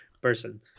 person